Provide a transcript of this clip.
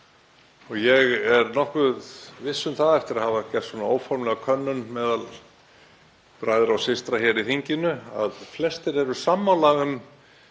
og ég er nokkuð viss um það, eftir að hafa gert óformlega könnun meðal bræðra og systra í þinginu, að flestir séu sammála